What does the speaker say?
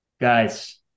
guys